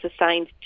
assigned